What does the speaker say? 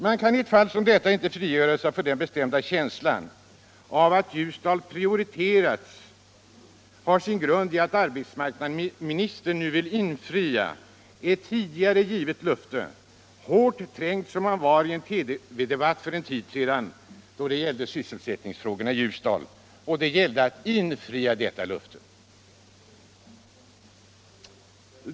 Man kan i ett fall som detta inte frigöra sig från den bestämda känslan att den omständigheten att Ljusdal prioriterats har sin grund i att arbetsmarknadsministern nu vill infria ett tidigare avgivet löfte, hårt trängd som han var i en TV-debatt för en tid sedan om sysselsättningsfrågorna i Ljusdal. Det har alltså gällt att infria löftet.